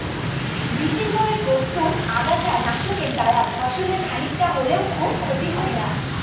বিশেষভাবে প্রস্তুত আগাছা নাশকের দ্বারা ফসলের খানিকটা হলেও খুব ক্ষতি হয় না